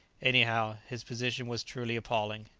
anyhow, his position was truly appalling.